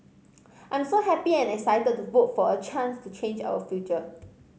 I'm so happy and excited to vote for a chance to change our future